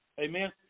Amen